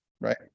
Right